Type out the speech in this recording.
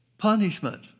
Punishment